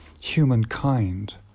humankind